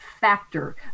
factor